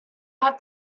have